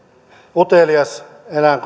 utelias eläin